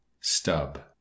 stub